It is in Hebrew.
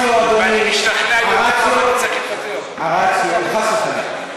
אני שומע את, ואני משתכנע לא, חס וחלילה.